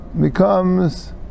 becomes